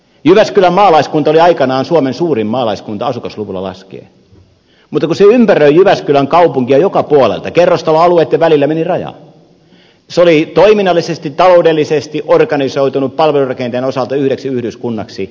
jyväskylän maalaiskunta oli aikanaan suomen suurin maalaiskunta asukasluvulla laskien mutta kun se ympäröi jyväskylän kaupunkia joka puolelta kerrostaloalueitten välillä meni raja se oli toiminnallisesti taloudellisesti organisoitunut palvelurakenteen osalta yhdeksi yhdyskunnaksi